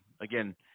again